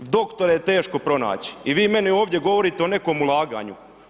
Doktore je teško pronaći i vi meni ovdje govorite o nekom ulaganju.